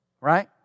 Right